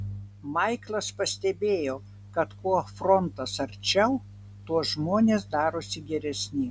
maiklas pastebėjo kad kuo frontas arčiau tuo žmonės darosi geresni